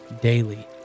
daily